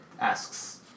asks